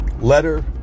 letter